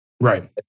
Right